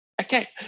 Okay